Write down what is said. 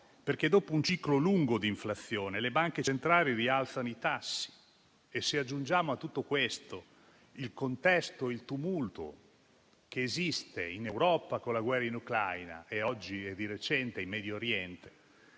perché dopo un ciclo lungo di inflazione le banche centrali rialzano i tassi. Se aggiungiamo a tutto questo il contesto e il tumulto che esistono in Europa con la guerra in Ucraina e oggi in Medio Oriente,